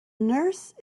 nurse